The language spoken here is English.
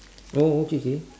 oh okay okay